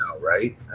right